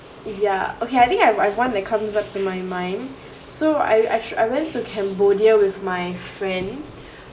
ya okay I think I have I've one that comes up to my mind so I actually I went to cambodia with my friend